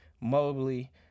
Mobley